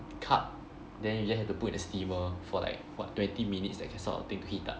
cup then you just have to put in the steamer for like for twenty minutes that sort of thing to heat up